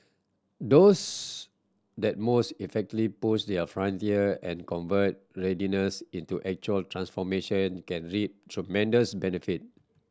those that most effectively push a frontier and convert readiness into actual transformation can reap tremendous benefit